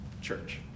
church